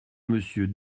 monsieur